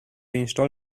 install